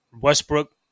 westbrook